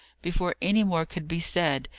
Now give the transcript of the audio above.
before any more could be said,